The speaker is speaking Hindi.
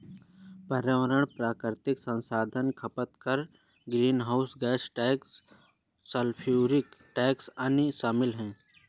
पर्यावरण प्राकृतिक संसाधन खपत कर, greenhouse gas tax, sulphuric tax, अन्य शामिल हैं